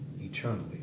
eternally